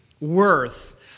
worth